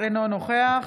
אינו נוכח